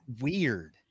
weird